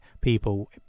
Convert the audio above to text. people